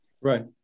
right